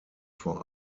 vor